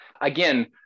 Again